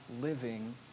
living